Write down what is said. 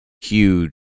huge